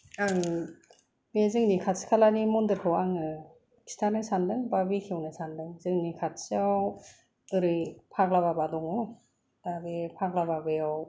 आं बे जोंनि खाथि खालानि मन्दिरखौ आङो खिथानो सानदों बा बेखेवनो सानदों जोंनि खाथियाव ओरै फाग्ला बाबा दङ दा बे फाग्ला बाबायाव